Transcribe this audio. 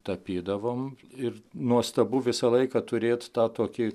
tapydavom ir nuostabu visą laiką turėt tą tokį